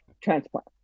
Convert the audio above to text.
transplant